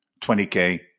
20K